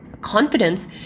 Confidence